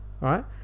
right